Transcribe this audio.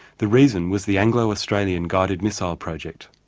the reason was the anglo australian guided missile project.